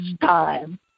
time